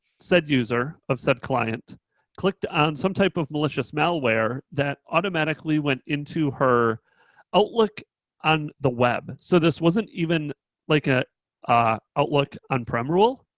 said user of said client clicked on some type of malicious malware that automatically went into her outlook on the web. so this wasn't even like a ah outlook on-prem rule.